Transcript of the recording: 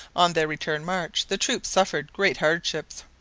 on their return march the troops suffered great hardships.